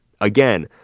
again